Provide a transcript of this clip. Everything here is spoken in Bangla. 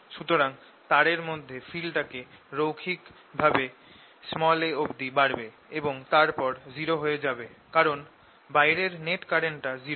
সুতরাং তারের মধ্যে ফিল্ড টা রৈখিক ভাবে a অবধি বাড়বে এবং তারপর 0 হয়ে যাবে কারণ বাইরে নেট কারেন্ট টা 0